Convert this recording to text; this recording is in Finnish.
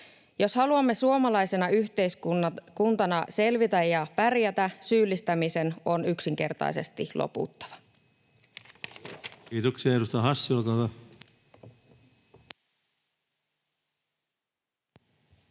Jos haluamme suomalaisena yhteiskuntana selvitä ja pärjätä, syyllistämisen on yksinkertaisesti loputtava. Kiitoksia. — Edustaja Hassi, olkaa hyvä.